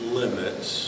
limits